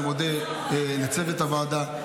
אני מודה לצוות הוועדה,